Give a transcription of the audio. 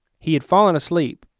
he had fallen asleep.